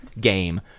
game